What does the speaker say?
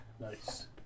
Nice